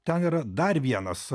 ten yra dar vienas